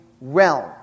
realm